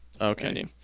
Okay